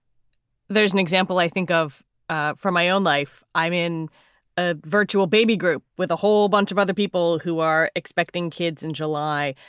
there's an example i think of ah from my own life. i'm in a virtual baby group with a whole bunch of other people who are expecting kids in july,